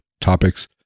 topics